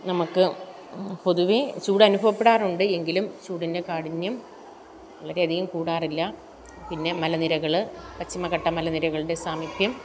നമുക്ക് പൊതുവേ ചൂട് അനുഭവപ്പെടാറുണ്ട് എങ്കിലും ചൂടിൻ്റെ കാഠിന്യം വളരെ അധികം കൂടാറില്ല പിന്നെ മലനിരകൾ പശ്ചിമഘട്ട മലനിരകളുടെ സാമിപ്യം